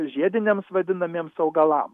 žiediniams vadinamiems augalams